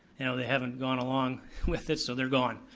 now they haven't gone along with it, so they're gone.